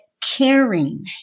caring